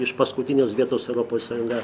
iš paskutinės vietos europoj sąjunga